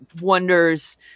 wonders